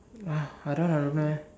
!wah! I don't want I don't know eh